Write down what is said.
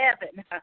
heaven